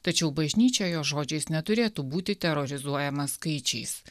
tačiau bažnyčia jo žodžiais neturėtų būti terorizuojama skaičiais